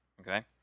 Okay